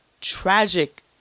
tragic